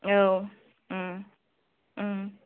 औ